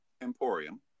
emporium